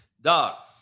dog